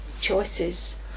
Choices